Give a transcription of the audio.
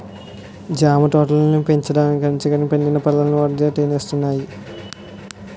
జామ తోటల్ని పెంచినంగానీ పండిన పల్లన్నీ ఉడతలే తినేస్తున్నాయి